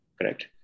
correct